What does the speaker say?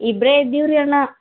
ಇಬ್ಬರೇ ಇದ್ದೀವಿ ರೀ ಅಣ್ಣ